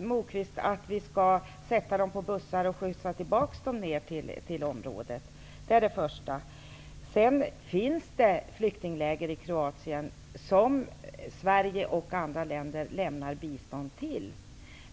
Moquist att vi skall sätta dem på bussar och skjutsa tillbaka dem ner till området? Det finns flyktingläger i Kroatien som Sverige och andra länder lämnar bistånd till.